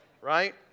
Right